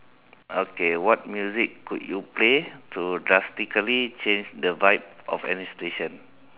okay what music would you play to drastically change the vibe of any situation